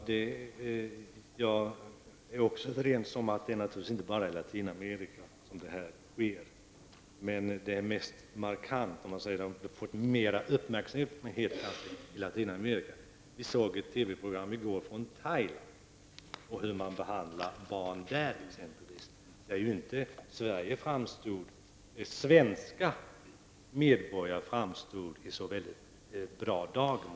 Herr talman! Jag är också medveten om att detta naturligtvis inte sker bara i Latinamerika. Men problemet är mest markant och har fått mer uppmärksamhet i Latinamerika. Vi kunde t.ex. i går se ett TV-program om Thailand och hur man där behandlar barnen. Svenska medborgare framstod inte i så väldigt bra dager.